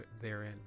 therein